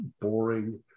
boring